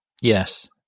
Yes